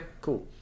cool